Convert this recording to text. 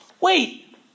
Wait